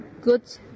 good